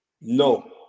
No